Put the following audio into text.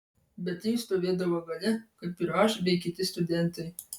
bet ji stovėdavo gale kaip ir aš bei kiti studentai